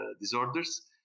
disorders